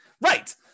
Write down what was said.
Right